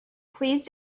please